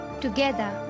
together